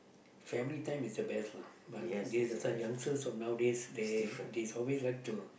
family time is the best lah but these kind of youngsters nowadays they they always like to